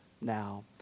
now